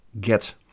get